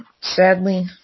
sadly